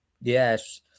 Yes